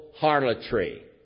harlotry